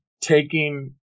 taking